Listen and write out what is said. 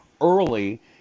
early